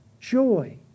joy